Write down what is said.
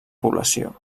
població